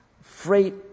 freight